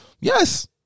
Yes